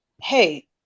hey